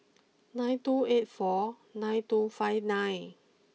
nine two eight four nine two five nine